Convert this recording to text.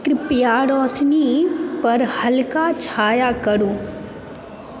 कृपया रोशनी पर हल्का छाया करू